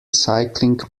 cycling